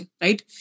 right